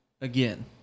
again